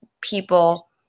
people